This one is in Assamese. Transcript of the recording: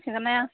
সেইকাৰণে